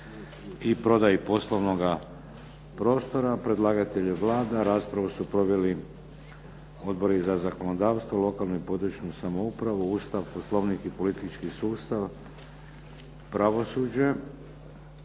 prvo i drugo čitanje, P.Z. br. 285 Raspravu su proveli Odbori za zakonodavstvo, lokalnu i područnu samoupravu, Ustav, Poslovnik i politički sustav, pravosuđe.